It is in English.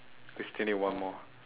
we still need one more